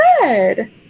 good